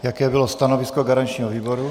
Jako bylo stanovisko garančního výboru?